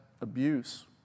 abuse